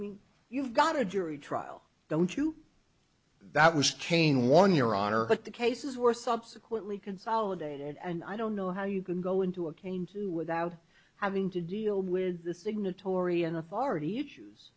mean you've got a jury trial don't you that was kane won your honor but the cases were subsequently consolidated and i don't know how you can go into a cane too without having to deal with the signatory and authority issues